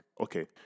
Okay